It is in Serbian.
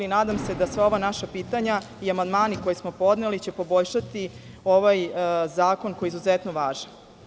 Nadam se da sva ova naša pitanja i amandmani koje smo podneli će poboljšati ovaj zakon koji je izuzetno važan.